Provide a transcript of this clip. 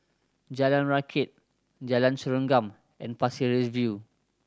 Jalan Rakit Jalan Serengam and Pasir Ris View